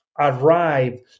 Arrive